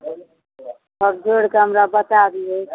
सभ जोड़ि कऽ हमरा बताय दियौ